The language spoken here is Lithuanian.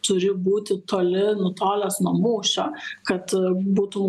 turi būti toli nutolęs nuo mūšio kad būtų